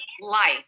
life